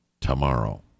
tomorrow